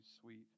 sweet